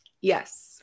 Yes